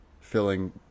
filling